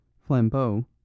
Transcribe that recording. Flambeau